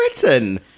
Britain